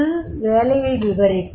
அது வேலையை விவரிக்கும்